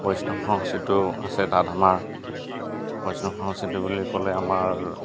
বৈষ্ণৱ সংস্কৃতিও আছে তাত আমাৰ বৈষ্ণৱ সংস্কৃতি বুলি ক'লে আমাৰ